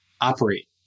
operate